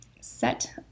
set